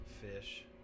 fish